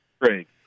Great